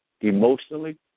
emotionally